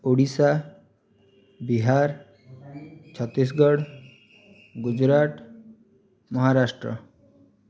Odisha Bihar Chhattisgarh Gujarat Maharashtra